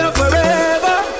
forever